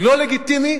לא לגיטימי,